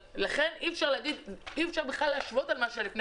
לכן אי אפשר בכלל להשוות עם מה שהיה לפני